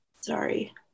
Sorry